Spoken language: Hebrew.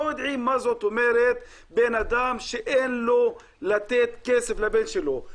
לא יודעים מה זאת אומרת בן-אדם שאין לו לתת כסף לבן שלו.